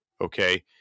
Okay